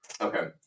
Okay